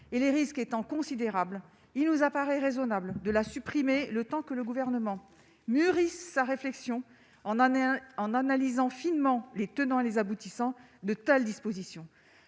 et les risques étant considérable, il nous apparaît raisonnable de la supprimer le temps que le gouvernement mûri sa réflexion, on en est un, en analysant finement les tenants et les aboutissants de telles dispositions,